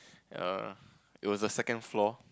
yea it was a second floor